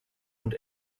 und